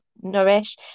nourish